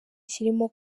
kirimo